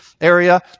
area